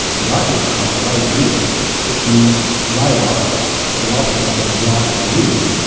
the idea behind the wager is that you lay out the options that are live for you,